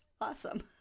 awesome